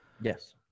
Yes